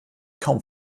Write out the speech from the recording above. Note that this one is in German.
kaum